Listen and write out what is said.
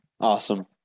Awesome